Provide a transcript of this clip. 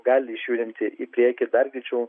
gali išjudinti į priekį dar greičiau